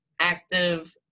active